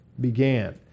began